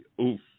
Oof